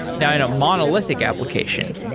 now in a monolithic application,